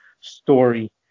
story